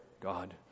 God